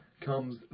comes